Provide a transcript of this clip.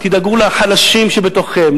תדאגו לחלשים בתוככם,